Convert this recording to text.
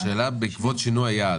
בעקבות שינוי היעד,